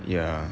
ya